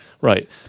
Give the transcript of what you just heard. right